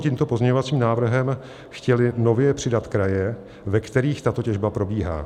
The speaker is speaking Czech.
I zde bychom tímto pozměňovacím návrhem chtěli nově přidat kraje, ve kterých tato těžba probíhá.